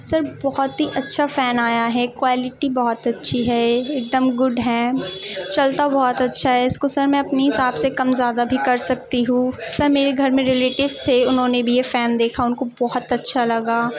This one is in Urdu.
سر بہت ہی اچھا فين آيا ہے كوالٹى بہت اچّھى ہے ايک دم گڈ ہے چلتا بہت اچّھا ہے اس كو سر ميں اپنی حساب سے کم زیادہ بھی کر سکتی ہوں سر میرے گھر میں ریلیٹیوس تھے انہوں نے بھی یہ فين ديكھا ان كو بہت اچّھا لگا